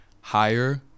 higher